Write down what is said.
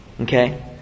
Okay